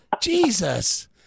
Jesus